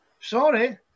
Sorry